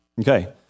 Okay